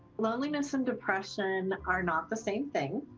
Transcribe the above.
loneliness and depression are not the same thing,